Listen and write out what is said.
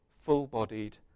full-bodied